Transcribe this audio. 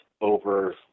over